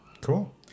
Cool